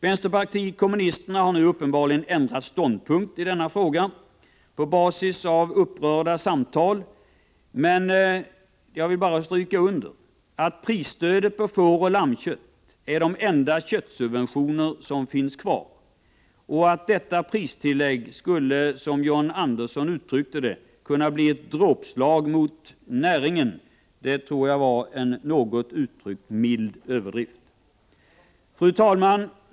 Vpk har nu uppenbarligen ändrat ståndpunkt i denna fråga — på basis av upprörda samtal. Men jag vill bara understryka: Prisstödet för fåroch lammkött är de enda köttsubventio ner som finns kvar. Att minskningen av detta pristillägg — som John Andersson formulerade det — skulle kunna bli ett dråpslag mot näringen tror jag, milt uttryckt, är en överdrift. Fru talman!